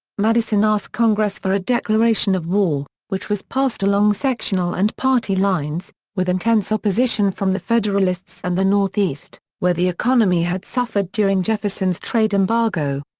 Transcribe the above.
madison asked congress for a declaration of war, which was passed along sectional and party lines, with intense opposition from the federalists and the northeast, where the economy had suffered during jefferson's trade embargo.